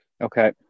Okay